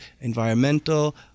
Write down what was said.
environmental